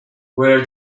where